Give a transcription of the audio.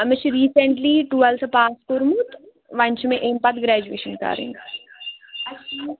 أمِس چھِ recently twelfth pass کوٚرمُت وۅنۍ چھُ مےٚ اَمہِ پَتہٕ گرٛیجویشن کَرٕنۍ